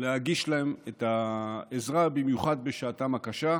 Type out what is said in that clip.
להגיש להם את העזרה, במיוחד בשעתם הקשה,